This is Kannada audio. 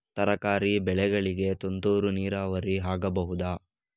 ತರಕಾರಿ ಬೆಳೆಗಳಿಗೆ ತುಂತುರು ನೀರಾವರಿ ಆಗಬಹುದಾ?